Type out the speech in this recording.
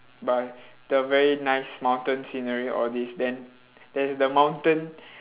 by the very nice mountain scenery all this then there's the mountain